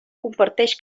comparteix